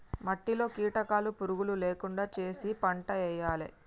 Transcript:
మట్టిలో కీటకాలు పురుగులు లేకుండా చేశి పంటేయాలే